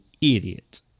idiot